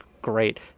great